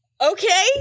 okay